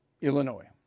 Illinois